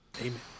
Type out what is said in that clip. Amen